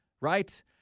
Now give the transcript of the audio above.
right